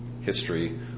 history